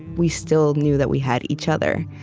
we still knew that we had each other.